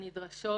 הנדרשות.